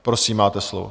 Prosím, máte slovo.